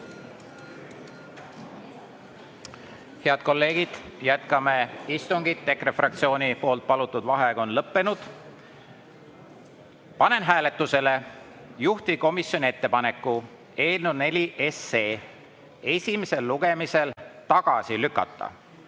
Head kolleegid, jätkame istungit. EKRE fraktsiooni palutud vaheaeg on lõppenud. Panen hääletusele juhtivkomisjoni ettepaneku eelnõu nr 4 esimesel lugemisel tagasi lükata.